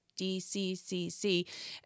DCCC